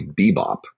Bebop